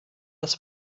das